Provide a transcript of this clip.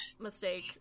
mistake